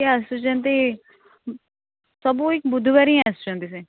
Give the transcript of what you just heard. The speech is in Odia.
ସିଏ ଆସୁଛନ୍ତି ସବୁ ୱୀକ୍ ବୁଧୁବାର ହିଁ ଆସୁଛନ୍ତି ସେ